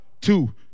two